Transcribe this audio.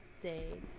day